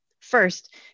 First